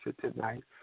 tonight